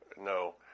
No